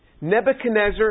Nebuchadnezzar